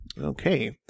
Okay